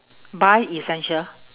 buy essential